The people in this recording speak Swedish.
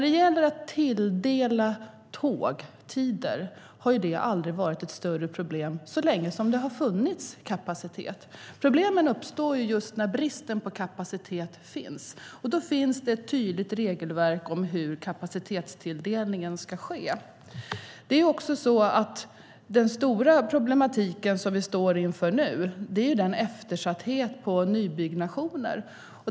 Att tilldela tågtider har aldrig varit ett större problem så länge som det har funnits kapacitet. Problemen uppstår när det är brist på kapacitet. Då finns det ett tydligt regelverk om hur kapacitetstilldelningen ska ske. Den stora problematik som vi står inför nu är den eftersatthet som finns i fråga om nybyggnation.